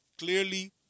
Clearly